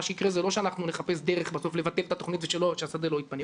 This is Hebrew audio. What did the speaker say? מה שיקרה זה לא שאנחנו נחפש דרך בסוף לבטל את התוכנית ושהשדה לא יתפנה,